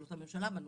פעולות הממשלה בנושא.